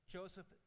Joseph